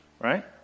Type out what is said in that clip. right